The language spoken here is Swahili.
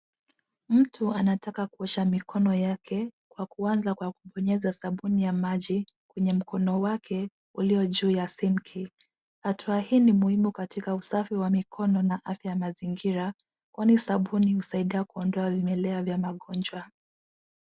Mtu anataka kuosha mikono yake kwa kuanza kwa kubonyeza sabuni ya maji kwenye mkono wake uliojuu ya sinki. Hatua hii ni muhimu katika usafi wa mikono na afya mazingira kwani sabuni husaidia kuondoa vimelea vya magonjwa.